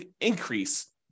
increase